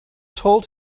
told